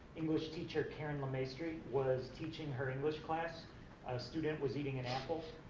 english teacher, karen lemaistre, yeah was teaching her english class, a student was eating an apple,